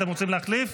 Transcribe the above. אתם רוצים להחליף?